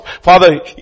Father